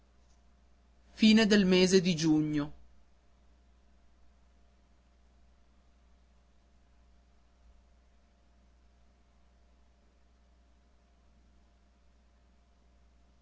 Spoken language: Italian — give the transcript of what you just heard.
per il mese di giugno